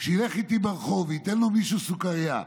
שאם ילך איתי ברחוב וייתן לו מישהו סוכרייה,